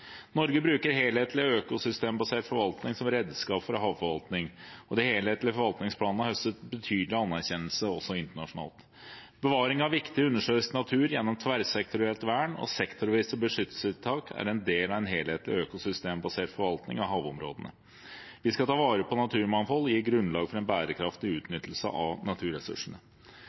Norge bruker en helhetlig og økosystembasert forvaltning som redskap for havforvaltning. De helhetlige forvaltningsplanene har høstet betydelig anerkjennelse også internasjonalt. Bevaring av viktig undersjøisk natur gjennom tverrsektorielt vern og sektorvise beskyttelsestiltak er en del av en helhetlig og økosystembasert forvaltning av havområdene. Vi skal ta vare på naturmangfold og gi grunnlag for en bærekraftig utnyttelse av naturressursene.